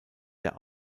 der